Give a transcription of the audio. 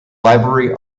library